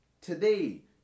today